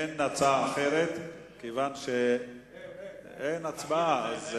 אין הצעה אחרת מכיוון שאין הצבעה.